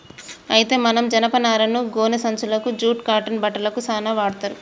అయితే మనం జనపనారను గోనే సంచులకు జూట్ కాటన్ బట్టలకు సాన వాడ్తర్